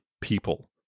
people